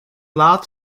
laad